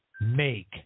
make